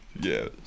yes